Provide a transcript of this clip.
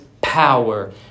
power